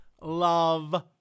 love